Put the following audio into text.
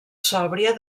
sòbria